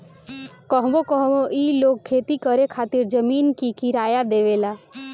कहवो कहवो ई लोग खेती करे खातिर जमीन के किराया देवेला